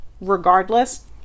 regardless